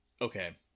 okay